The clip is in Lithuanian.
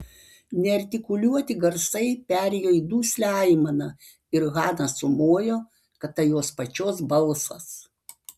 neartikuliuoti garsai perėjo į duslią aimaną ir hana sumojo kad tai jos pačios balsas